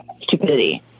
stupidity